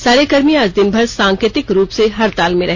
सारे कर्मी आज दिन भर सांकेतिक रूप से हड़ताल रहे